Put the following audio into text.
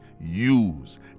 Use